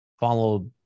follow